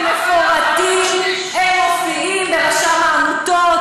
הם מפורטים, הם מופיעים אצל רשם העמותות.